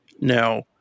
Now